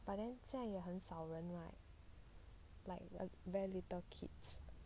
but then 现在也很少人 right like very little kids